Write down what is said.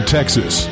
Texas